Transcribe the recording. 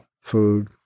food